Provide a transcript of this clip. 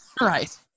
right